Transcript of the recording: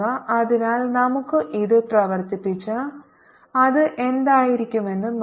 അതിനാൽ നമുക്ക് ഇത് പ്രവർത്തിപ്പിച്ച് അത് എന്തായിരിക്കുമെന്ന് നോക്കാം